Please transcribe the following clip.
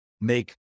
make